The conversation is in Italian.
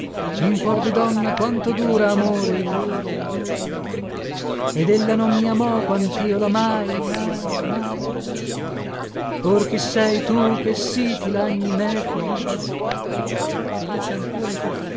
in cuor di donna quanto dura amore ore ed ella non mi amò quantio lamai mai or chi sei tu che sì ti lagni meco eco e ci